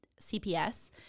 CPS